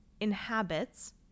inhabits